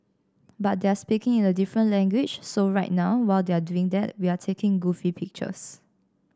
but they're speaking in a different language so right now while they're doing that we're taking goofy pictures